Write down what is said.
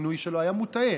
המינוי שלו היה מוטעה,